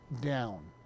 down